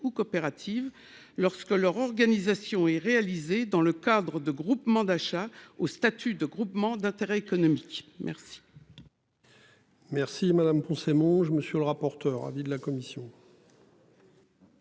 coopératives lorsque leur organisation est réalisé dans le cadre de groupement d'achat au statut de groupement d'intérêt économique. Merci.